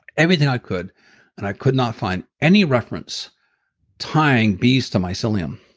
everything i could and i could not find any reference tying bees to mycelium.